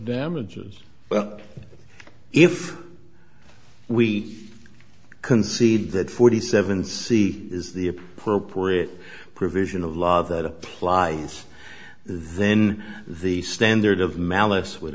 damages but if we concede that forty seven c is the appropriate provision of law that applies then the standard of malice would